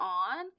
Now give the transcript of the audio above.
on